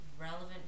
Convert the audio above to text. relevant